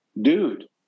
dude